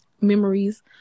memories